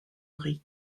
gris